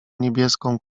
niebieską